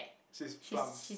she's plump